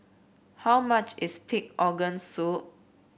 how much is Pig Organ Soup